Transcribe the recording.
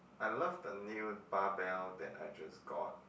I love the new bar bell that I just got